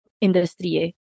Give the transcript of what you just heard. industry